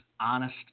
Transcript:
honest